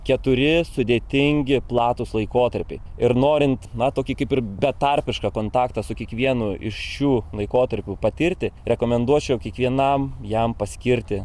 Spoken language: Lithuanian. keturi sudėtingi platūs laikotarpiai ir norint na tokį kaip ir betarpišką kontaktą su kiekvienu iš šių laikotarpių patirti rekomenduočiau kiekvienam jam paskirti